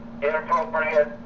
Inappropriate